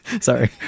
Sorry